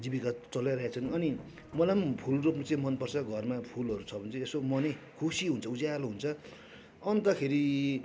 जीविका चलाइरहेछन् अनि मलाई पनि फुल रोप्नु चाहिँ मनपर्छ घरमा फुलहरू छ भने चाहिँ यसो मनै खुसी हुन्छ उज्यालो हुन्छ अन्तखेरि